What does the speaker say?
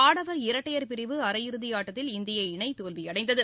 ஆடவர் இரட்டையர் பிரிவு அரை இறுதி ஆட்டத்தில் இந்திய இணை தோல்வியடைந்தது